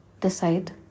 decide